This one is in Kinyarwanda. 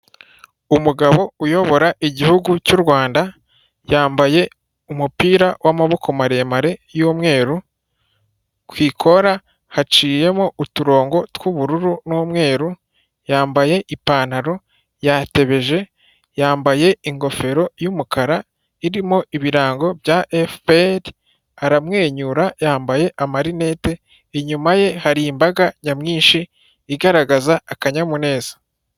Umugabo uyobora igihugu cy'u Rwanda yambaye umupira w'amaboko maremare y'umweru ku ikora haciyemo uturongo tw'ubururu n'umweru, yambaye ipantaro yatebeje, yambaye ingofero y' yumukara irimo ibirango bya efuperi aramwenyura, yambaye amarinete inyuma ye hari imbaga nyamwinshi igaragaza akanyamuneza.